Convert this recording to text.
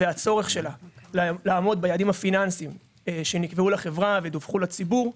הצורך שלה לעמוד ביעדים הפיננסיים שנקבעו לחברה ודווחו לציבור.